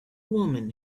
woman